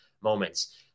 moments